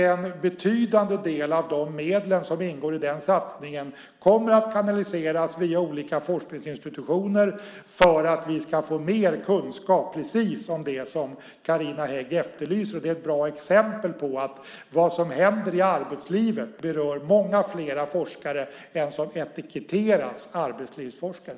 En betydande del av de medel som ingår i den satsningen kommer att kanaliseras via olika forskningsinstitutioner för att vi ska få mer kunskap precis om det som Carina Hägg efterlyser. Det är ett bra exempel på att vad som händer i arbetslivet berör många fler forskare än dem som etiketteras arbetslivsforskare.